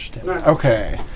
Okay